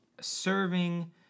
serving